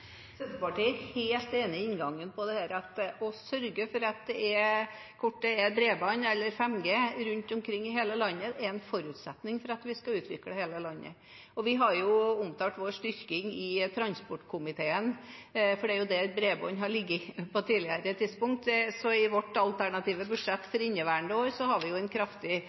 Senterpartiet er helt enig i inngangen på dette. Å sørge for at det er bredbånd eller 5G rundt omkring i hele landet, er en forutsetning for at vi skal utvikle hele landet. Vi har omtalt vår styrking i transportkomiteen, for det er der bredbånd har ligget på tidligere tidspunkt. I vårt alternative budsjett for inneværende år har vi en kraftig